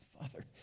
Father